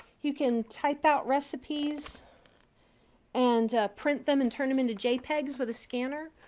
you can type out recipes and print them and turn them into jpegs with a scanner.